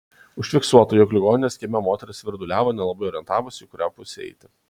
užfiksuota jog ligoninės kieme moteris svirduliavo nelabai orientavosi į kurią pusę eiti